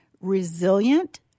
resilient